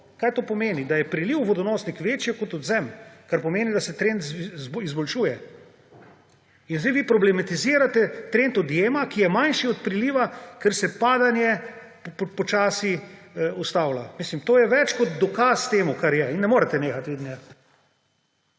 Kaj to pomeni? Da je priliv v vodonosnik večji kot odvzem, kar pomeni, da se trend izboljšuje. Sedaj vi problematizirate trend odjema, ki je manjši od priliva, ker se padanje počasi ustavlja. To je več kot dokaz temu, kar je. In ne morete nehati, vidim.